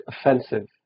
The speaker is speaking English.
offensive